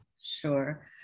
Sure